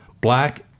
Black